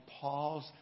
Paul's